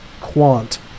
quant